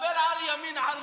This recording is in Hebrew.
דבר על ימין על מלא,